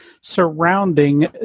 surrounding